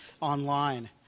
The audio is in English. online